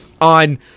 on